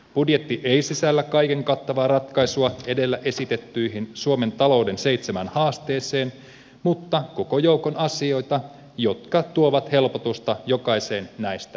budjetti ei sisällä kaiken kattavaa ratkaisua edellä esitettyihin suomen talouden seitsemään haasteeseen mutta koko joukon asioita jotka tuovat helpotusta jokaiseen näistä haasteista